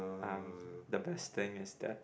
um the best thing is that